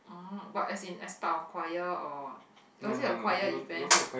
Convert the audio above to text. oh but as in as part of choir or was it a choir event